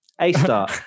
A-star